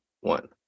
one